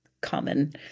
common